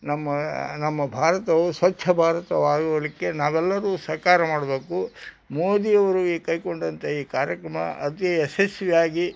ನಮ್ಮ ನಮ್ಮ ಭಾರತವು ಸ್ವಚ್ಛ ಭಾರತವಾಗಲಿಕ್ಕೆ ನಾವೆಲ್ಲರೂ ಸಹಕಾರ ಮಾಡಬೇಕು ಮೋದಿಯವರು ಈ ಕೈಗೊಂಡಂತೆ ಈ ಕಾರ್ಯಕ್ರಮ ಅತಿ ಯಶಸ್ವಿಯಾಗಿ